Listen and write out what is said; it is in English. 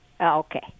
Okay